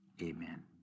amen